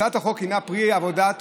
הצעת החוק היא פרי עבודת